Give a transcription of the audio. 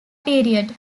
period